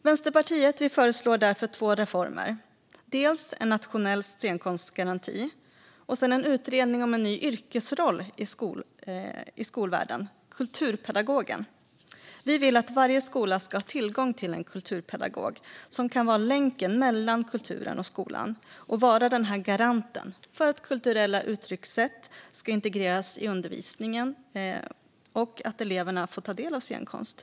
Vänsterpartiet föreslår därför två reformer, dels en nationell scenkonstgaranti, dels en utredning om en ny yrkesroll i skolvärlden, nämligen kulturpedagogen. Vi vill att varje skola ska ha tillgång till en kulturpedagog som kan vara länken mellan kulturen och skolan och vara den där garanten för att kulturella uttryckssätt integreras i undervisningen och att eleverna får ta del av scenkonst.